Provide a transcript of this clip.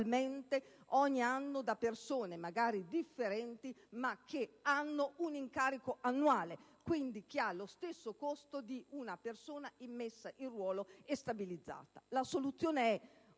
ogni anno da persone magari differenti, ma che hanno un incarico annuale e che quindi hanno lo stesso costo di una persona immessa in ruolo e stabilizzata. La soluzione è